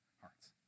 hearts